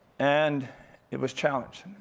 and it was challenged.